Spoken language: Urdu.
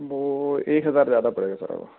وہ ایک ہزار زیادہ پڑے گا سر اور